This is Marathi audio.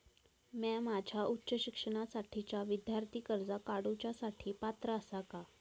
म्या माझ्या उच्च शिक्षणासाठीच्या विद्यार्थी कर्जा काडुच्या साठी पात्र आसा का?